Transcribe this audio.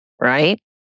right